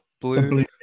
blue